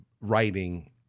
writing